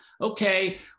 okay